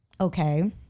okay